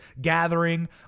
gathering